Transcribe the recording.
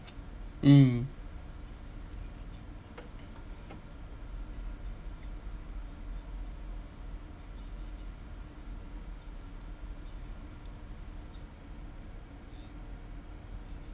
mm